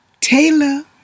Taylor